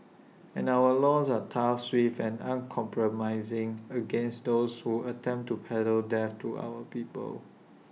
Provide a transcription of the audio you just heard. and our laws are tough swift and uncompromising against those who attempt to peddle death to our people